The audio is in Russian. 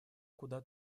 куда